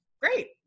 Great